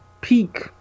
peak